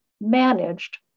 managed